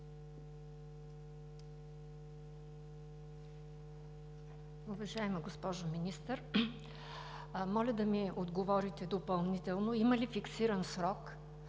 Уважаема госпожо Министър, моля да ми отговорите допълнително има ли фиксиран срок,